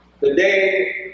today